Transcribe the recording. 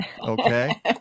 Okay